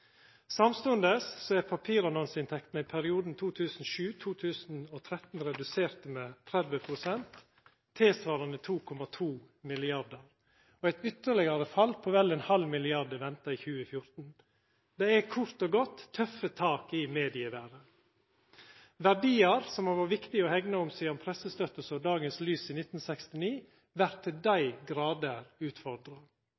Samstundes er papirannonseinntektene i perioden 2007–2013 reduserte med 30 pst., tilsvarande 2,2 mrd. kr, og eit ytterlegare fall på vel ein halv milliard er venta i 2014. Det er kort og godt tøffe tak i medieverda. Verdiar som har vore viktige å hegna om sidan pressestøtta såg dagens lys i 1969, vert til